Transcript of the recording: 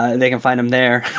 and they can find them there.